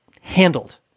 handled